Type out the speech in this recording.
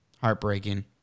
heartbreaking